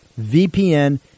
VPN